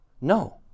No